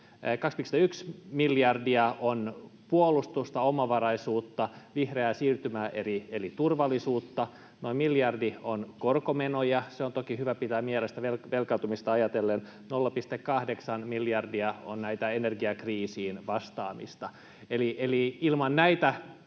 2,1 miljardia on puolustusta, omavaraisuutta, vihreää siirtymää eli turvallisuutta, noin miljardi on korkomenoja — se on toki hyvä pitää mielessä velkaantumista ajatellen — 0,8 miljardia on energiakriisiin vastaamista. Eli uskon, että